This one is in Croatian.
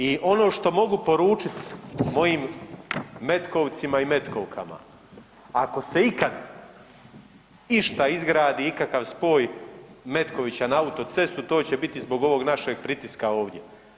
I ono što mogu poručiti mojim Metkovcima i Metkovkama, ako se ikad išta izgradi ikakav spoj Metkovića na autocestu to će biti zbog ovog našeg pritiska ovdje.